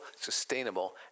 sustainable